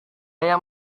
yang